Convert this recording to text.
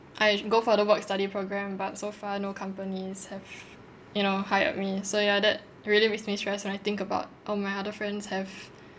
I go for the work study programme but so far no companies have you know hired me so ya that really makes me stress when I think about all my other friends have